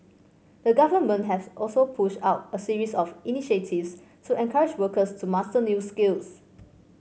the Government has also pushed out a series of initiatives to encourage workers to master new skills